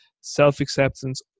self-acceptance